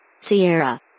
Sierra